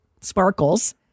sparkles